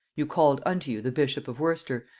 you called unto you the bishop of worcester,